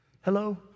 Hello